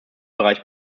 bereich